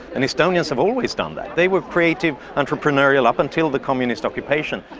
and estonians have always done that. they were creative, entrepreneurial up until the communist occupation.